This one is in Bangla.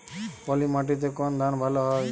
পলিমাটিতে কোন ধান ভালো হয়?